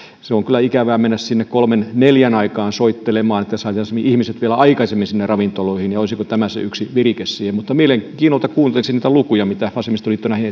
se on kyllä ikävää mennä sinne kolmen neljän aikaan soittelemaan että kun saataisiin ihmiset vielä aikaisemmin sinne ravintoloihin olisiko tämä se yksi virike siihen mutta mielenkiinnolla kuuntelisin niitä lukuja mitä vasemmistoliitto näihin